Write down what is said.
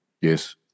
Yes